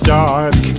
dark